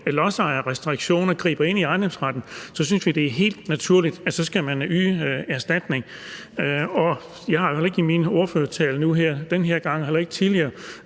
lodsejere restriktioner, altså griber ind i ejendomsretten, så synes vi, at det er helt naturligt, at man skal yde erstatning. Jeg har ikke i min ordførertale nu den her gang og heller ikke tidligere